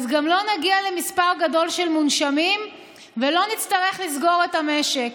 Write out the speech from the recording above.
גם לא נגיע למספר גדול של מונשמים ולא נצטרך לסגור את המשק.